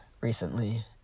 recently